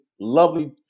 lovely